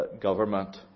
government